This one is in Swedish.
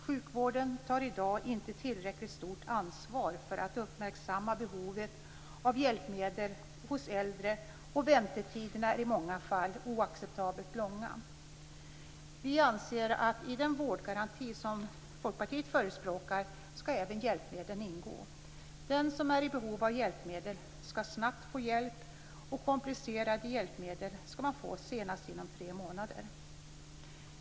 Sjukvården tar i dag inte tillräckligt stort ansvar för att uppmärksamma behovet av hjälpmedel hos äldre, och väntetiderna är i många fall oacceptabelt långa. I den vårdgaranti som Folkpartiet förespråkar skall även hjälpmedlen ingå. Den som är i behov av hjälpmedel skall snabbt få hjälp. Komplicerade hjälpmedel skall man få senast inom tre månader.